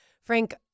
Frank